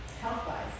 health-wise